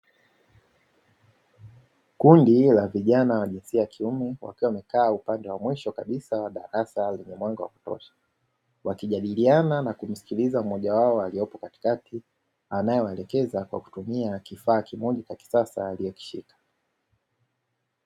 Kundi la vijana wa jinsia ya kiume wakiwa wamekaa upande wa mwisho kabisa wa darasa lenye mwanga wa kutosha, wnajadiliana na kumsikiliza mmoja wao aliyepo katikati; anawaelekeza kwa kutumia kifaa kimoja cha kisasa alichokishika.